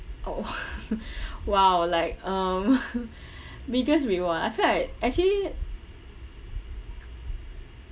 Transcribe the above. oh !wow! like um biggest reward I've had actually